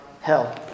hell